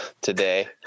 today